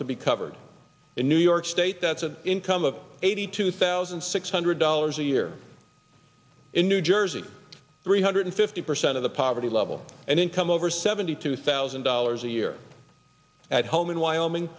to be covered in new york state that's an income of eighty two thousand six hundred dollars a year in new jersey three hundred fifty percent of the poverty level and income over seventy two thousand dollars a year at home in wyoming